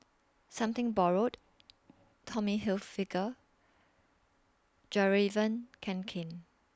Something Borrowed Tommy Hilfiger Fjallraven Kanken